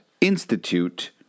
institute